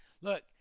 Look